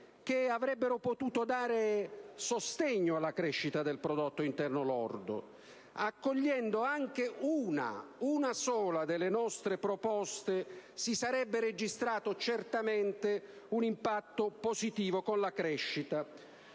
che avrebbero potuto dare sostegno alla crescita del prodotto interno lordo: accogliendo anche una - una sola - delle nostre proposte, si sarebbe registrato certamente un impatto positivo sulla crescita.